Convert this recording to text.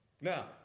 Now